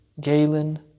Galen